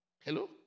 Hello